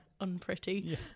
unpretty